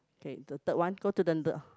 okay the third one go to the the